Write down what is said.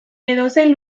edozein